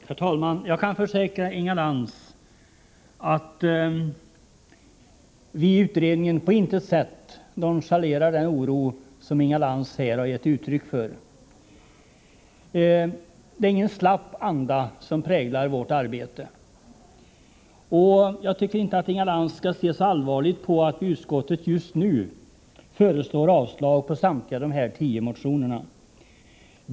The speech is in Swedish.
Herr talman! Jag kan försäkra Inga Lantz att vi i utredningen på intet sätt nonchalerar den oro som Inga Lantz här har gett uttryck för. Det är ingen slapp anda som präglar vårt arbete. Jag tycker inte att Inga Lantz skall se så allvarligt på att utskottet just nu föreslår avslag på samtliga dessa tio motioner.